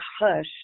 hush